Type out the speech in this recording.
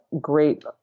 great